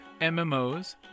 MMOs